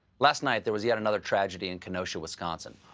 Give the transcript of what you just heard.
last night, there was yet another tragedy in kenosha, wisconsin.